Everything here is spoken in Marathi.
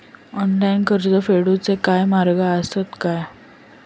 ऑनलाईन कर्ज फेडूचे काय मार्ग आसत काय?